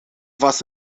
was